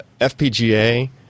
FPGA